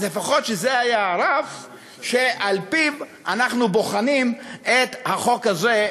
אז לפחות שזה יהיה הרף שעל-פיו אנחנו בוחנים את החוק הזה,